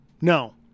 No